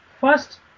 first